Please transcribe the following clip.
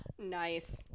Nice